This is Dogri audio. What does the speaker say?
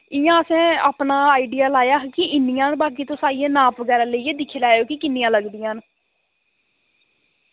इंया असें अपना आइडिया लाया हा की इन्नियां ते बाकी तुस नाप बगैरा लेइयै दिक्खी लैयो कि किन्नियां लगदियां न